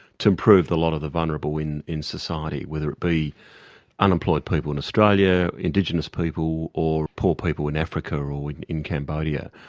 to improve the lot of the vulnerable in in society, whether it be unemployed people in australia, indigenous people or poor people in africa or in in cambodia.